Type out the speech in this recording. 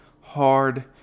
hard